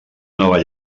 nova